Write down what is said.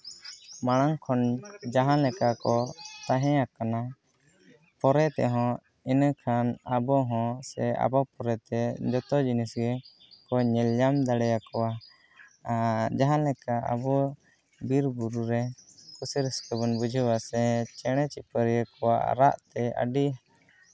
ᱢᱟᱲᱟᱝ ᱠᱷᱚᱱ ᱡᱟᱦᱟᱸ ᱞᱮᱠᱟ ᱠᱚ ᱛᱟᱦᱮᱸ ᱟᱠᱟᱱᱟ ᱯᱚᱨᱮ ᱛᱮᱦᱚᱸ ᱤᱱᱟᱹᱠᱷᱟᱱ ᱟᱵᱚᱦᱚᱸ ᱟᱵᱚ ᱯᱚᱨᱮᱛᱮ ᱡᱚᱛᱚ ᱡᱤᱱᱤᱥ ᱜᱮ ᱠᱚ ᱧᱮᱞ ᱧᱟᱢ ᱫᱟᱲᱮᱭᱟᱠᱚᱣᱟ ᱟᱨ ᱡᱟᱦᱟᱸ ᱞᱮᱠᱟ ᱟᱵᱚ ᱵᱤᱨᱼᱵᱩᱨᱩ ᱨᱮ ᱠᱩᱥᱤ ᱨᱟᱹᱥᱠᱟᱹ ᱵᱚᱱ ᱵᱩᱡᱷᱟᱹᱣᱟ ᱥᱮ ᱪᱮᱬᱮᱼᱪᱤᱯᱨᱩᱫ ᱠᱚᱣᱟᱜ ᱨᱟᱜᱼᱛᱮ ᱟᱹᱰᱤ